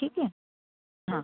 ठीक है हाँ